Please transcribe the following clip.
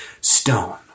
stone